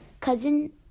cousin